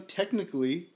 technically